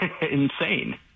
Insane